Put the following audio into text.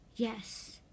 Yes